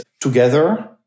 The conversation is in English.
together